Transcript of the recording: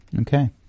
Okay